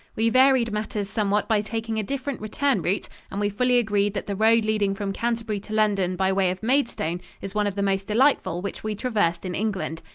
we varied matters somewhat by taking a different return route, and we fully agreed that the road leading from canterbury to london by way of maidstone is one of the most delightful which we traversed in england.